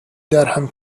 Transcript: درهم